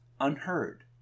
unheard